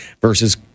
versus